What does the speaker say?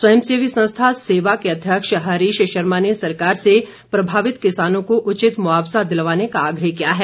स्वयंसेवी संस्था सेवा के अध्यक्ष हरीश शर्मा ने सरकार से प्रभावित किसानों को उचित मुआवजा दिलवाने का आग्रह किया है